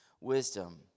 wisdom